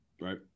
Right